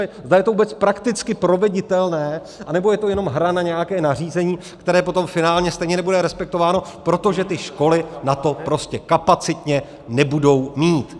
Zda je to vůbec prakticky proveditelné, anebo je to jenom hra na nějaké nařízení, které potom finálně stejně nebude respektováno, protože ty školy na to prostě kapacitně nebudou mít.